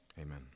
amen